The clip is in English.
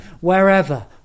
wherever